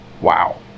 Wow